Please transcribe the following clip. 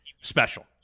special